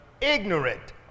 ignorant